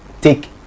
take